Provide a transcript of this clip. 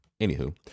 Anywho